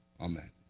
Amen